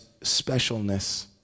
specialness